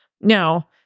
Now